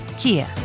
Kia